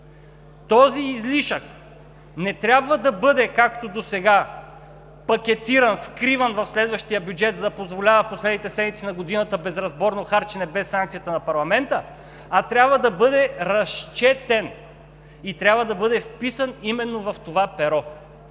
Този излишък не трябва да бъде както досега – пакетиран, скриван в следващия бюджет, за да позволява в последните седмици на годината безразборно харчене без санкцията на парламента, а трябва да бъде разчетен. Трябва да бъде вписан именно в това перо!